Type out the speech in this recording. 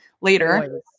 later